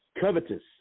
covetous